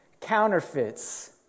counterfeits